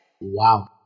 Wow